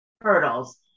hurdles